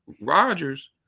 Rodgers